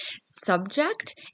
subject